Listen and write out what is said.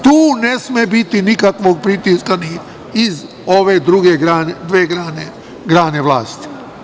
Tu ne sme biti nikakvog pritiska ni iz ove druge dve grane vlasti.